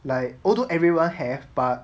like although everyone have but